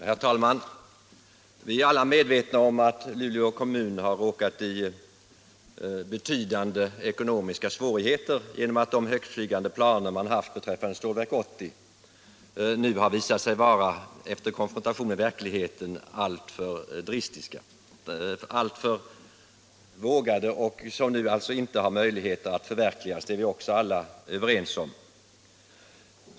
Herr talman! Vi är alla medvetna om att Luleå kommun har råkat i betydande ekonomiska svårigheter genom att de högtflygande planer man haft beträffande Stålverk 80 har visat sig, efter konfrontation med verkligheten, vara alltför vågade. Det finns nu inte möjlighet att förverkliga dem — det är vi också alla överens om.